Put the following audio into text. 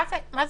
מה זה אומר?